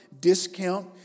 discount